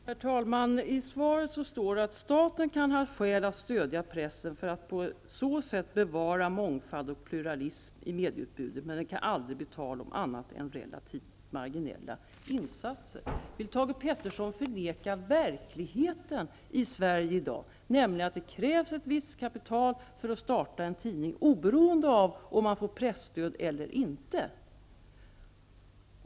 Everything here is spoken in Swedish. Herr talman! I svaret står att staten kan ha skäl att stödja pressen för att på så sätt bevara mångfald och pluralism i medieutbudet men att det aldrig kan bli tal om annat än relativt marginella insatser. Vill Thage G Peterson förneka verkligheten i Sverige i dag, nämligen att det krävs ett visst kapital för att starta en tidning, oberoende av om man får presstöd eller inte?